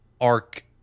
arc